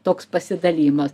toks pasidalijimas